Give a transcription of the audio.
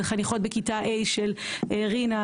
זה חניכות בכיתה ה' של רינה.